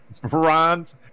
bronze